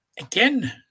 Again